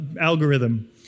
algorithm